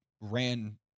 ran